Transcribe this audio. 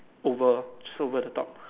over true over the top